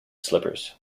slippers